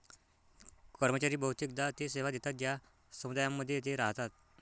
कर्मचारी बहुतेकदा ते सेवा देतात ज्या समुदायांमध्ये ते राहतात